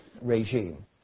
regime